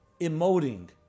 emoting